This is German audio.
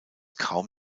kaum